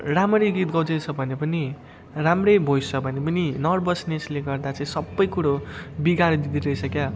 राम्ररी गीत गाउँदैछ भने पनि राम्रै भोइस छ भने पनि नर्भसनेसले गर्दा चाहिँ सबै कुरो बिगारिदिँदो रहेछ क्या